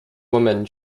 women